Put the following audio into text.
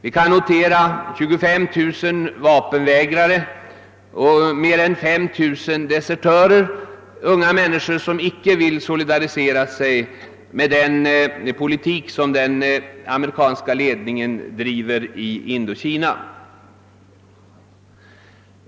Vi kan där notera 25 000 vapenvägrare och mer än 5 000 desertörer — unga människor som icke vill solidarisera sig med den politik som den amerikanska ledningen driver i Indokina.